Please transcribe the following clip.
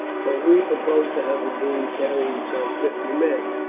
but we propose to have the beam carried by fifty men,